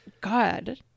god